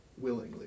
willingly